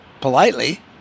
politely